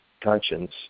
conscience